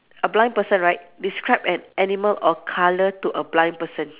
a blind person right describe an animal or colour to a blind person